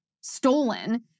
stolen